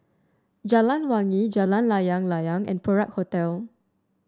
Jalan Wangi Jalan Layang Layang and Perak Hotel